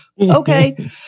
okay